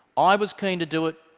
i was keen to do it,